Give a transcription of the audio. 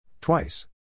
Twice